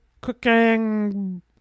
Cooking